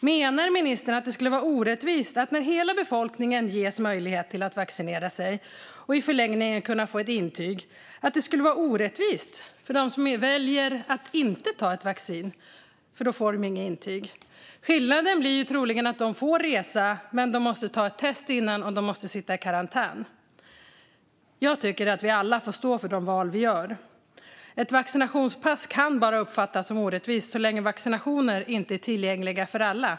Menar ministern, när hela befolkningen ges möjlighet att vaccinera sig och i förlängningen få ett intyg, att det skulle bli orättvist för dem som väljer att inte ta vaccin för att de inte får ett intyg? Skillnaden blir troligen att de får resa men måste ta ett test innan och sitta i karantän. Jag tycker att vi alla får stå för de val vi gör. Ett vaccinationspass kan bara uppfattas som orättvist så länge vaccination inte är tillgängligt för alla.